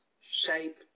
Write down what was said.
shape